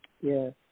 yes